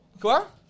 Quoi